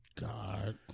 God